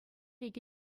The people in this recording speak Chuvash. икӗ